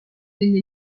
degli